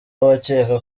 abakeka